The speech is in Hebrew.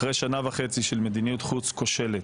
אחרי שנה וחצי של מדיניות חוץ כושלת